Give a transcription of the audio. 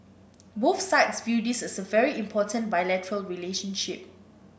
both sides view this as a very important bilateral relationship